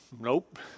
Nope